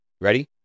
ready